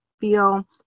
feel